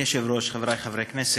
אדוני היושב-ראש, חברי חברי הכנסת,